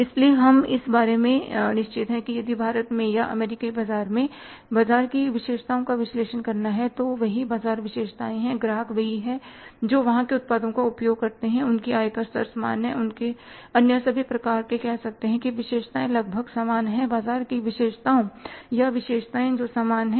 इसलिए हम इस बारे में निश्चित हैं कि यदि हम भारत में या अमेरिकी बाज़ार में बाज़ार की विशेषताओं का विश्लेषण करते हैं तो वही बाज़ार विशेषताएँ हैं ग्राहक वही हैं जो वहाँ के उत्पादों का उपयोग करते हैं उनकी आय का स्तर समान है उनके अन्य सभी प्रकार के कह सकते हैं कि विशेषताएँ लगभग समान हैं बाजार की विशेषताएँ या विशेषताएँ समान हैं